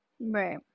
right